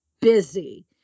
busy